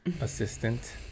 assistant